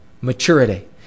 maturity